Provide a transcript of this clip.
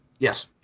Yes